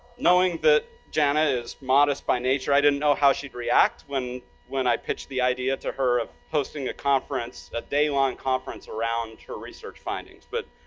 knowing that jana is modest by nature, i didn't know how she'd react when when i pitched the idea to her of hosting a conference, a day-long conference around her research findings. but,